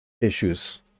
issues